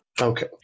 Okay